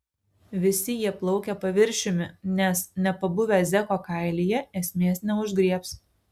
visi jie plaukia paviršiumi nes nepabuvę zeko kailyje esmės neužgriebs